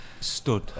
Stood